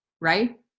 right